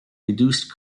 reduced